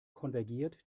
konvergiert